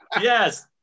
Yes